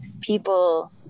people